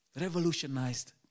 revolutionized